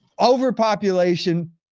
overpopulation